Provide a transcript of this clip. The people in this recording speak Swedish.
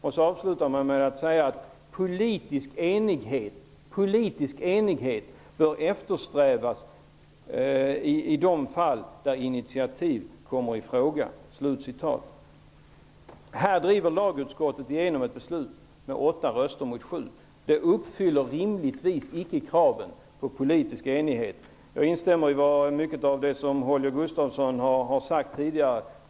Man avslutar med att säga: ''Politisk enighet bör eftersträvas i de fall där initiativ kommer i fråga.'' Här driver lagutskottet igenom ett beslut med åtta röster mot sju. Det uppfyller rimligtvis icke kraven på politisk enighet. Jag instämmer i mycket av det som Holger Gustafsson har sagt tidigare.